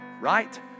right